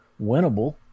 winnable